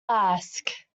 ask